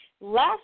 Last